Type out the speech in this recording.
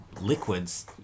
liquids